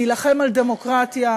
להילחם על דמוקרטיה,